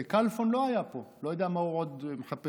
כלפון לא היה פה, לא יודע מה הוא עוד מחפש.